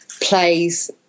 plays